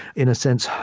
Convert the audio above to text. in a sense,